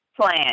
plan